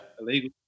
Illegal